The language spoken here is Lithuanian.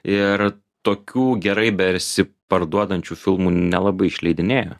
ir tokių gerai besiparduodančių filmų nelabai išleidinėja